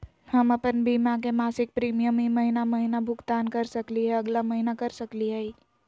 हम अप्पन बीमा के मासिक प्रीमियम ई महीना महिना भुगतान कर सकली हे, अगला महीना कर सकली हई?